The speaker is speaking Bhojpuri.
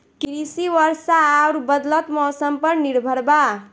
कृषि वर्षा आउर बदलत मौसम पर निर्भर बा